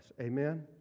Amen